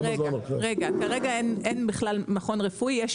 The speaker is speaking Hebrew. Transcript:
כרגע אין בכלל מכון רפואי, יש